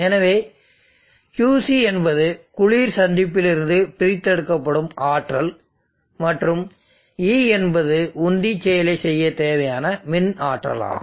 எனவே Qc என்பது குளிர் சந்திப்பிலிருந்து பிரித்தெடுக்கப்படும் ஆற்றல் மற்றும் E என்பது உந்தி செயலைச் செய்யத் தேவையான மின் ஆற்றலாகும்